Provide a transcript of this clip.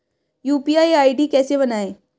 UPI ID कैसे बनाएं?